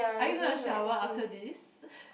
are you gonna shower after this